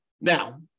Now